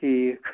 ٹھیٖک